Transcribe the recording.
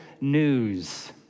news